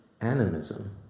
animism